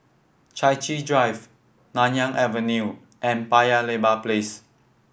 Chai Chee Drive Nanyang Avenue and Paya Lebar Place